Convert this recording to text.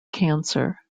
cancer